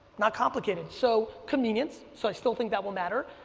not complicated. so convenience, so i still think that will matter.